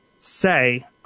say